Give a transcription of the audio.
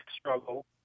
struggle